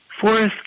Forest